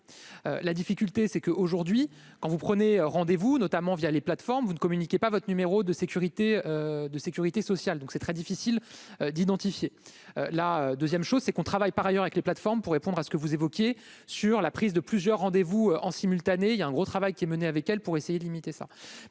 la difficulté c'est que aujourd'hui, quand vous prenez rendez-vous, notamment via les plateformes vous ne communiquez pas votre numéro de Sécurité de sécurité sociale, donc c'est très difficile d'identifier la 2ème chose c'est qu'on travaille par ailleurs avec les plateformes pour répondre à ce que vous évoquiez sur la prise de plusieurs rendez-vous en simultané, il y a un gros travail qui est mené avec elles pour essayer de limiter ça